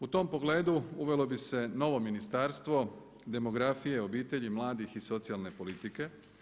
U tom pogledu uvelo bi se novo Ministarstvo demografije, obitelji, mladih i socijalne politike.